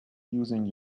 using